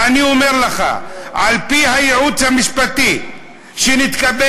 ואני אומר לך: על-פי הייעוץ המשפטי שנתקבל,